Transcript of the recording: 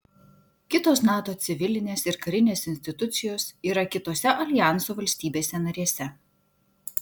kitos nato civilinės ir karinės institucijos yra kitose aljanso valstybėse narėse